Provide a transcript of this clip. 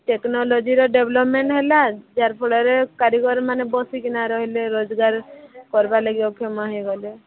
ଟେକ୍ନୋଲୋଜିର ଡ଼େଭଲପମେଣ୍ଟ ହେଲା ଯାହାର ଫଳରେ କାରିଗରମାନେ ବସିକିନା ରହିଲେ ରୋଜଗାର କରିବା ଲାଗି ଅକ୍ଷମ ହୋଇଗଲେ